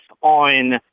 on